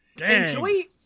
Enjoy